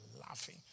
laughing